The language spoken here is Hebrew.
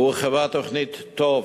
הורחבה תוכנית טו"ב,